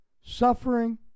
suffering